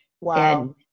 Wow